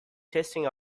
testing